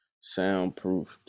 soundproofed